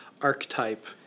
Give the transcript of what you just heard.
archetype